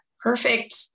perfect